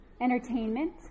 entertainment